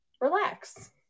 relax